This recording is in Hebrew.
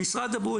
שמשרד הבריאות,